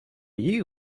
you